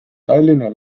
tallinna